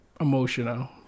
emotional